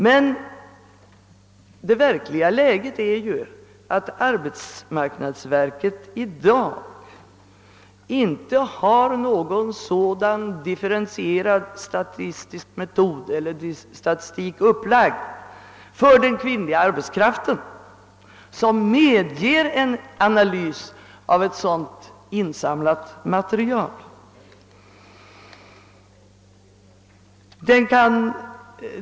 Men det verkliga läget är ju att arbetsmarknadsverket i dag inte när det gäller den kvinnliga arbetskraften har någon differentierad statistik som medger en analys av ett på detta sätt insamlat material.